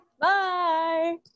Bye